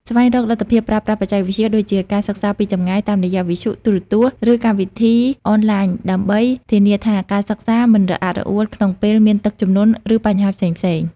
ស្វែងរកលទ្ធភាពប្រើប្រាស់បច្ចេកវិទ្យាដូចជា ការសិក្សាពីចម្ងាយ តាមរយៈវិទ្យុ ទូរទស្សន៍ ឬកម្មវិធីអនឡាញ ដើម្បីធានាថាការសិក្សាមិនរអាក់រអួលក្នុងពេលមានទឹកជំនន់ ឬបញ្ហាផ្សេងៗ។